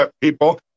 people